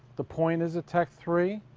the point is a tek three.